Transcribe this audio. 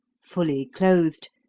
fully clothed,